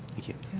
thank you.